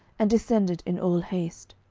and descended in all haste.